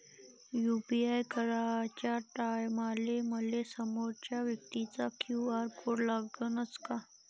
UPI कराच्या टायमाले मले समोरच्या व्यक्तीचा क्यू.आर कोड लागनच का?